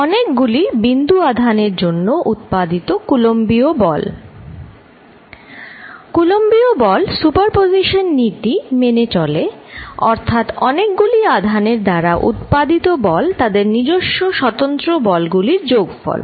অনেকগুলি বিন্দু আধানের জন্য উৎপাদিত কুলম্ব বলCoulomb's force কুলম্বীয় বল সুপারপজিশন নীতি মেনে চলে অর্থাৎ অনেকগুলি আধানের দ্বারা উৎপাদিত বল তাদের নিজস্ব স্বতন্ত্র বল গুলির যোগফল